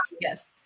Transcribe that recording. Yes